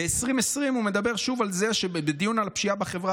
ב-2020 הוא מדבר שוב בדיון על הפשיעה בחברה